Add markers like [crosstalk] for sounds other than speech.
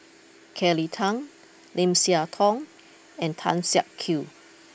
[noise] Kelly Tang Lim Siah Tong and Tan Siak Kew